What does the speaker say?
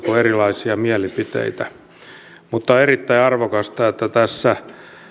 on erilaisia mielipiteitä on erittäin arvokasta että tässä